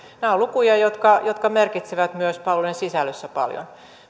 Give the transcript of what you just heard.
nämä ovat lukuja jotka jotka merkitsevät myös palveluiden sisällössä paljon